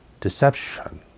deception